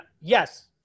yes